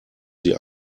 sie